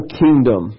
kingdom